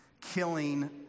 killing